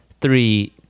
three